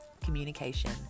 communication